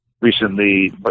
recently